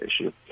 issue